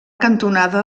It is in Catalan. cantonada